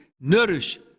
nourish